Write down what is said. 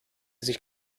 sich